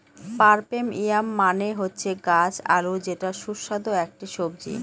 purple yam মানে হচ্ছে গাছ আলু যেটা সুস্বাদু একটি সবজি